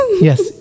yes